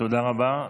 תודה רבה.